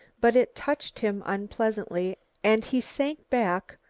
but it touched him unpleasantly and he sank back,